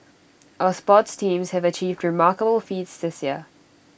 our sports teams have achieved remarkable feats this year